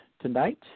tonight